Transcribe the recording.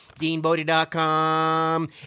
DeanBodie.com